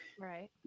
Right